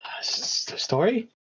story